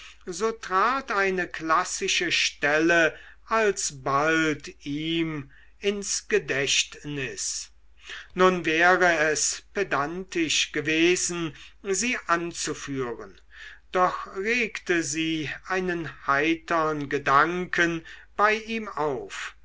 so trat eine klassische stelle alsbald ihm ins gedächtnis nur wäre es pedantisch gewesen sie anzuführen doch regte sie einen heitern gedanken bei ihm auf